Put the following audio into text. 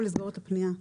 ולסגור את הפנייה.